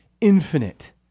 infinite